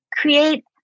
Create